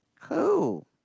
cool